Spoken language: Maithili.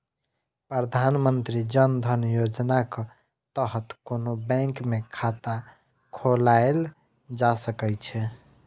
प्रधानमंत्री जन धन योजनाक तहत कोनो बैंक मे खाता खोलाएल जा सकै छै